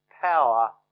power